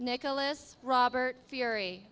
nicholas robert theory